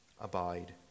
abide